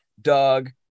Doug